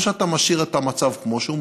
או משאיר את המצב כמו שהוא,